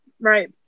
Right